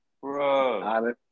bro